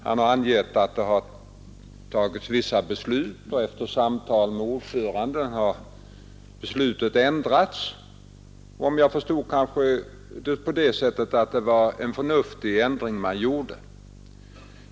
Han har angett att där har fattats ett visst beslut, som efter samtal med ordföranden har ändrats, och jag skall kanske förstå det så, att det var en förnuftig ändring man gjorde.